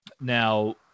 now